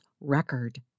record